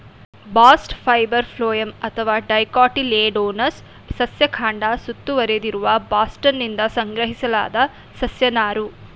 bast fibre phloem ಅಥವಾ dicotyledonous ಸಸ್ಯ ಕಾಂಡ ಸುತ್ತುವರೆದಿರುವ ಬಾಸ್ಟ್ನಿಂದ ಸಂಗ್ರಹಿಸಲಾದ ಸಸ್ಯ ನಾರು